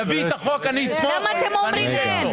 יביא את החוק, ואני אהיה איתו.